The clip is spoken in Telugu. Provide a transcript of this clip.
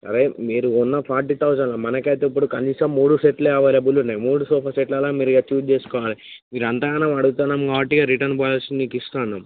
అరే మీరు కొన్న ఫార్టీ థౌసండ్ మనకు అయితే ఇప్పుడు కనీసం మూడు సెట్లు అవైలబుల్ ఉన్నాయి మూడు సోఫా సెట్లలో మీరు ఇక చూజ్ చేసుకోవాలి మీరు అంతఘనం అడుగుతున్నాం కాబట్టి ఇక రిటర్న్ పాలసీ నీకు ఇస్తాను